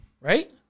Right